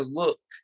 look